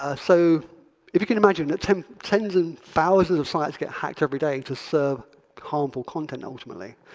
ah so if you can imagine that tens tens and thousands of sites get hacked every day to serve harmful content ultimately.